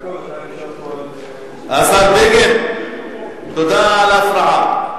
השר בגין, תודה על ההפרעה.